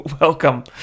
Welcome